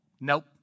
Nope